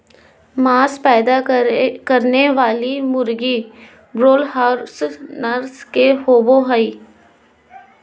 मांस पैदा करने वाली मुर्गी ब्रोआयालर्स नस्ल के होबे हइ